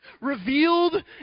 Revealed